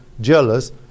jealous